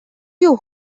you